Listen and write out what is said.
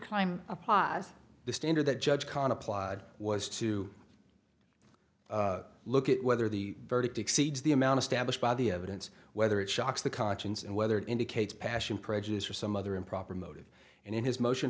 climb a pas the standard that judge conn applied was to look at whether the verdict exceeds the amount of stablish by the evidence whether it shocks the conscience and whether it indicates passion prejudice or some other improper motive and in his motion